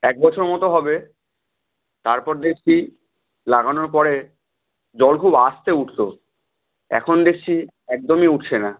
এক বছর মতো হবে তারপর দেখছি লাগানোর পরে জল খুব আস্তে উঠত এখন দেখছি একদমই উঠছে না